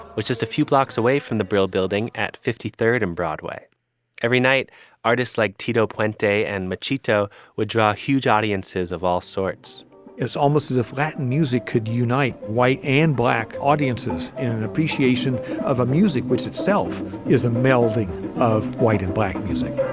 which is a few blocks away from the brill building at fifty third and broadway every night artists like tito puente de and machito would draw huge audiences of all sorts it's almost as if that music could unite white and black audiences in an appreciation of a music, which itself is a melding of white and black music